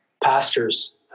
pastors